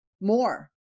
more